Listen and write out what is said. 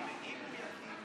נגיף הקורונה